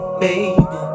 baby